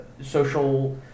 social